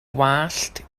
wallt